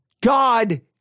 God